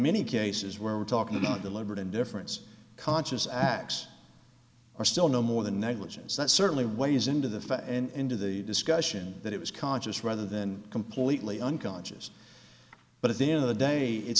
many cases where we're talking about deliberate indifference conscious acts are still no more than negligence that certainly weighs into the fact and into the discussion that it was conscious rather than completely unconscious but at the end of the day it's